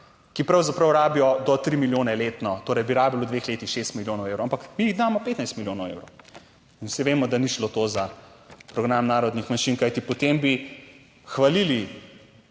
ki pravzaprav rabijo do tri milijone letno, torej bi rabili v dveh letih šest milijonov evrov, ampak mi jih damo 15 milijonov evrov. In vsi vemo, da ni šlo to za program narodnih manjšin, kajti potem bi hvalili